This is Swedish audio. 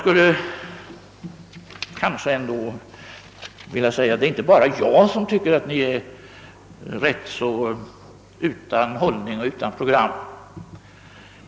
Det är inte bara jag som tycker att ni är utan hållning och program.